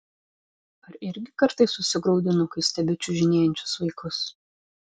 ar irgi kartais susigraudinu kai stebiu čiužinėjančius vaikus